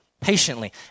patiently